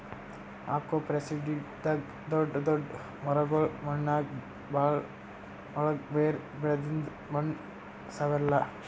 ಅಗ್ರೋಫಾರೆಸ್ಟ್ರಿದಾಗ್ ದೊಡ್ಡ್ ದೊಡ್ಡ್ ಮರಗೊಳ್ ಮಣ್ಣಾಗ್ ಭಾಳ್ ಒಳ್ಗ್ ಬೇರ್ ಬಿಡದ್ರಿಂದ್ ಮಣ್ಣ್ ಸವೆಲ್ಲಾ